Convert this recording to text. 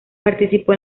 participó